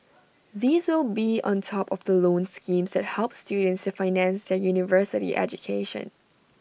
these will be on top of the loan schemes that help students to finance their university education